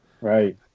Right